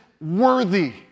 worthy